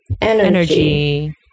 Energy